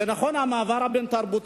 זה נכון שהמעבר הבין-תרבותי,